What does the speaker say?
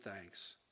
thanks